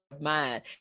mind